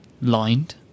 lined